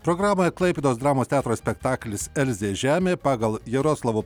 programoje klaipėdos dramos teatro spektaklis elzės žemė pagal jaroslavo